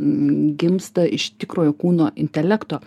gimsta iš tikrojo kūno intelekto